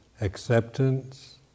acceptance